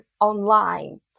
online